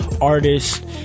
artists